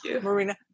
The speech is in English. marina